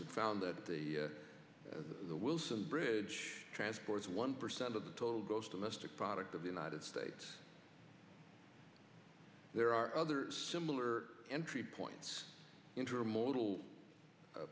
and found that the wilson bridge transports one percent of the total gross domestic product of the united states there are other similar entry points intermo